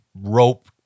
rope